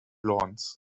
lawns